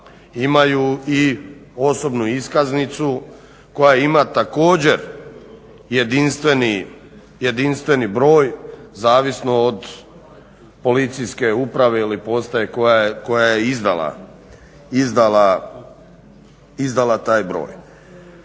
imaju i osobnu iskaznicu koja ima također jedinstveni broj zavisno od Policijske uprave ili postaje koja je izdala taj broj.